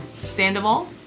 sandoval